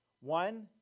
One